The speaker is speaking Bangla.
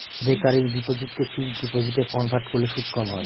রেকারিং ডিপোসিটকে ফিক্সড ডিপোজিটে কনভার্ট করলে সুদ কম হয়